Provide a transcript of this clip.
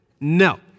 No